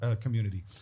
community